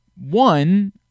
One